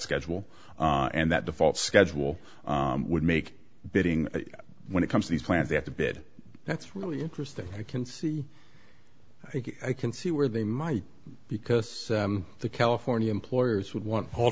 schedule and that default schedule would make bidding when it comes to these plans they have to bid that's really interesting i can see i can see where they might because the california employers would want all